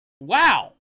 Wow